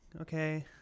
okay